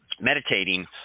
meditating